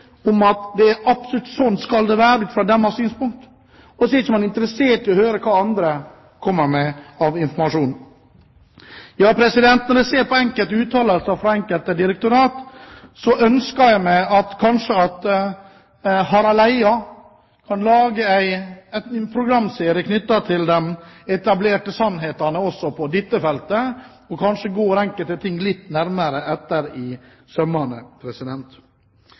å høre hva andre kommer med av informasjon. Når jeg ser på enkelte uttalelser fra enkelte direktorater, ønsker jeg kanskje at Harald Eia kunne lage en programserie knyttet til de etablerte sannhetene også på dette feltet, og kanskje gå enkelte ting litt nærmere etter i sømmene.